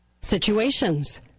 situations